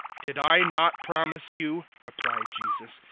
did i not promise you, replied jesus,